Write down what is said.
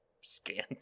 scanned